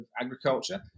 agriculture